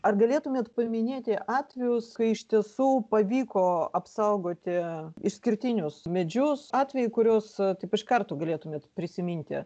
ar galėtumėt paminėti atvejus kai iš tiesų pavyko apsaugoti išskirtinius medžius atvejai kuriuos taip iš karto galėtumėt prisiminti